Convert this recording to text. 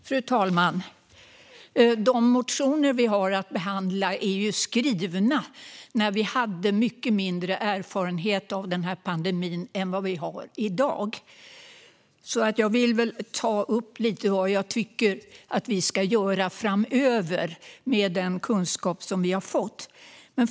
Fru talman! De motioner som vi har att behandla är skrivna när vi hade mycket mindre erfarenhet av den här pandemin än vad vi har i dag. Jag vill därför ta upp vad jag tycker att vi ska göra framöver med den kunskap som vi har fått.